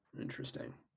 Interesting